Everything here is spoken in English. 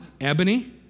Ebony